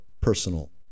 personal